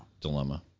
dilemma